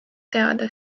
teada